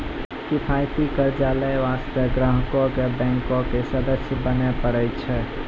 किफायती कर्जा लै बास्ते ग्राहको क बैंक के सदस्य बने परै छै